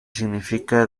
significa